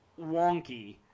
wonky